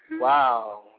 Wow